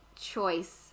choice